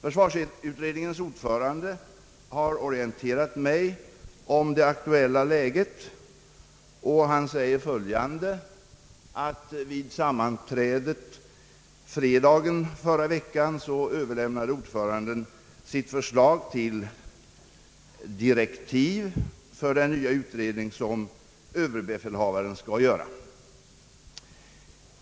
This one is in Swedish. Försvarsutredningens ordförande har orienterat mig om det aktuella läget. Han har sagt att vid sammanträdet fredagen i förra veckan så överlämnade ordföranden sitt förslag till direktiv för den nya utredning, som överbefälhavaren skall göra.